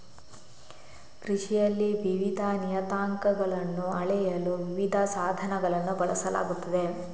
ಕೃಷಿಯಲ್ಲಿ ವಿವಿಧ ನಿಯತಾಂಕಗಳನ್ನು ಅಳೆಯಲು ವಿವಿಧ ಸಾಧನಗಳನ್ನು ಬಳಸಲಾಗುತ್ತದೆ